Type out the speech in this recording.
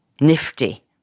nifty